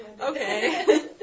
Okay